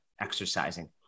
exercising